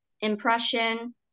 impression